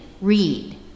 read